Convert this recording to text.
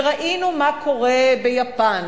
וראינו מה קורה ביפן,